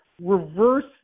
reverse